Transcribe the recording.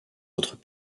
autres